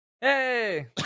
Hey